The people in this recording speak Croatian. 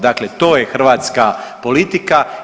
Dakle, to je hrvatska politika.